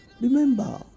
Remember